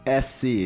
SC